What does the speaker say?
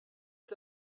est